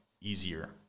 easier